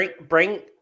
Bring